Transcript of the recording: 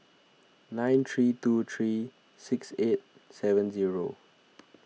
nine three two three six eight seven zero